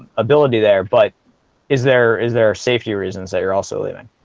ability there, but is there is there safety reasons that you're also leaving